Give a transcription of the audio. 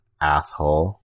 asshole